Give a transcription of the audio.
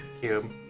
cube